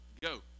go